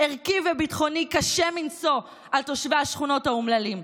ערכי וביטחוני קשה מנשוא על תושבי השכונות האומללים.